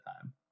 time